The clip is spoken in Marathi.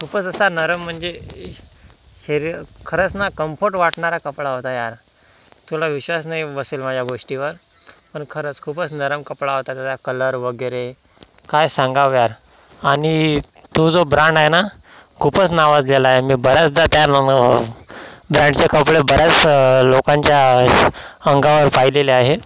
खूपच असा नरम म्हणजे शरी खरंच ना कम्फर्ट वाटणारा कपडा होता यार तुला विश्वास नाही बसेल माझ्या गोष्टीवर पण खरंच खूपच नरम कपडा होता त्याचा कलर वगैरे काय सांगावं यार आणि तो जो ब्रांड आहे ना खूपच नावाजलेला आहे मी बऱ्याचदा त्या ब्रँडचे कपडे बऱ्याच लोकांच्या अंगावर पाहिलेले आहे